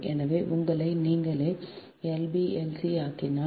எனவே உங்களை நீங்களே Lb Lc ஆக்கினால்